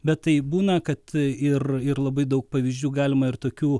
bet tai būna kad ir ir labai daug pavyzdžių galima ir tokių